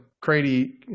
crazy